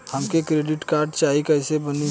हमके credit card चाही कैसे बनी?